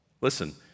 Listen